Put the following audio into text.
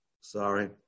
Sorry